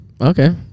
Okay